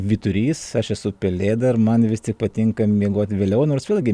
vyturys aš esu pelėda ir man vis tik patinka miegot vėliau nors vėlgi